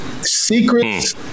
Secrets